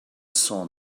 saw